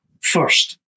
first